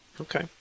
Okay